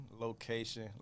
location